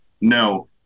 No